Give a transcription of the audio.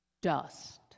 dust